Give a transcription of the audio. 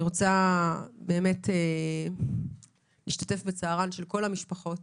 אני רוצה להשתתף בצערן של כל המשפחות